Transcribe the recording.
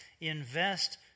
Invest